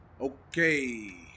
Okay